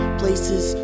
places